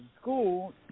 school